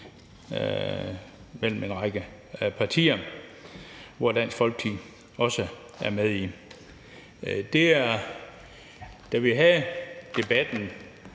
af en række partier, og som Dansk Folkeparti også er med i. Da vi havde debatten